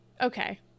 Okay